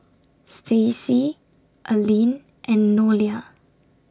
Stacy Alene and Nolia